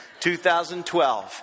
2012